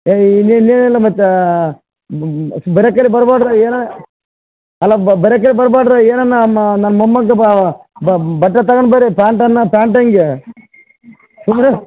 ಏಯ್ ಇನು ಇನ್ನು ಏನಿಲ್ಲ ಮತ್ತು ಏನರ ನನ್ನ ಮೊಮ್ಮಗಗ ಬಟ್ಟೆ ತಗಂಡು ಬನ್ರಿ ಪ್ಯಾಂಟನ್ನು ಪ್ಯಾಂಟಂಗಿ